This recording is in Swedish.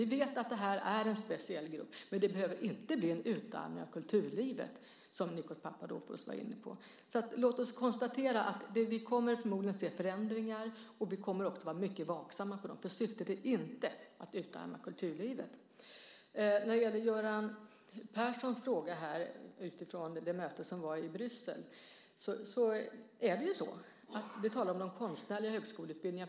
Vi vet att det är en speciell grupp, men det behöver inte innebära att vi får ett utarmat kulturliv, vilket Nikos Papadopoulos var inne på. Låt oss därför konstatera att vi förmodligen kommer att se förändringar, och vi kommer att vara mycket vaksamma på dem, för syftet är inte att utarma kulturlivet. När det gäller Göran Perssons fråga, som utgick från det möte som hölls i Bryssel, var det så att vi talade om de konstnärliga högskoleutbildningarna.